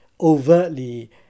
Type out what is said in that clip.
overtly